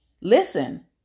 listen